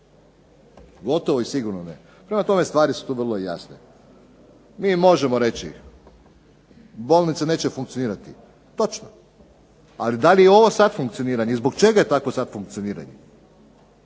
Gotovo i sigurno ne. Prema tome, stvari su tu vrlo jasne. Mi možemo reći bolnice neće funkcionirati, točno. Ali da li je ovo sad funkcioniranje i zbog čega je takvo sad funkcioniranje.